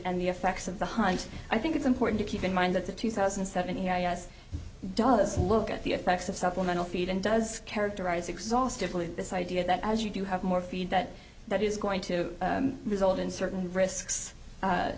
and the effects of the hunt i think it's important to keep in mind that the two thousand and seven he does look at the effects of supplemental feed and does characterize exhaustively this idea that as you do have more feed that that is going to result in certain risks